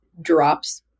drops